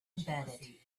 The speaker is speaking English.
embedded